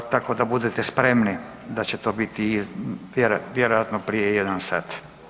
Tako da budete spremni da će to biti vjerojatno prije 1 sat.